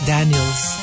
Daniels